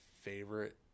favorite